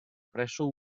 presso